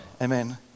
amen